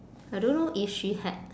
I don't know if she had